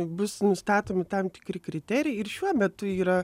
bus nustatomi tam tikri kriterijai ir šiuo metu yra